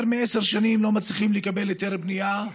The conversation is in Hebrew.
יותר מעשר שנים הם לא מצליחים לקבל היתר בנייה.